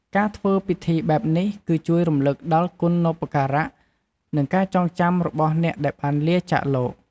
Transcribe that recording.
ការធ្វើពិធីបែបនេះ គឺជួយរំលឹកដល់គុណូបការៈ និងការចងចាំរបស់អ្នកដែលបានលាចាកលោក។